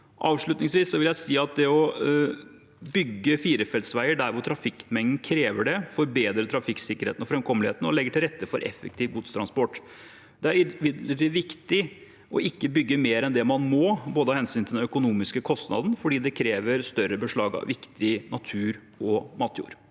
Avslutningsvis vil jeg si at det å bygge firefelts veier der hvor trafikkmengden krever det, forbedrer trafikksikkerheten og framkommeligheten og legger til rette for effektiv godstransport. Det er imidlertid viktig å ikke bygge mer enn det man må, av hensyn til den økonomiske kostnaden, for det krever større beslag av viktig natur og matjord.